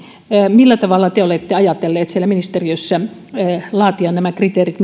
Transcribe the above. millä tavalla millä perusteilla te olette ajatelleet siellä ministeriössä laatia kriteerit